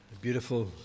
Beautiful